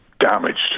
damaged